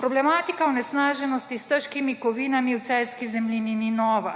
»Problematika onesnaženosti s težkimi kovinami v celjski zemljini ni nova,